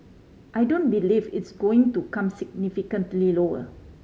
I don't believe it's going to come significantly lower